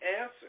answer